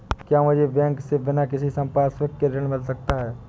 क्या मुझे बैंक से बिना किसी संपार्श्विक के ऋण मिल सकता है?